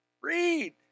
read